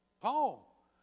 Paul